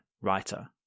writer